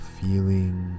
feeling